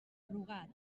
rugat